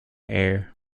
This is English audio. air